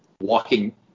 walking